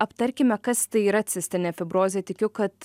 aptarkime kas tai yra cistinė fibrozė tikiu kad